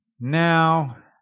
now